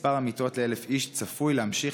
מספר המיטות ל-1,000 איש צפוי להמשיך